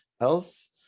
else